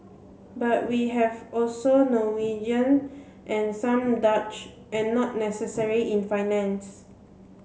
but we have also Norwegian and some Dutch and not necessarily in finance